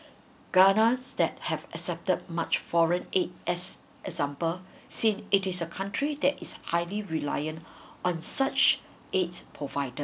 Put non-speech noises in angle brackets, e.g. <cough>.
ghana that have accepted much foreign aid as example <breath> since it is a country that is highly reliant on such aids provider